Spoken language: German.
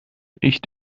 ich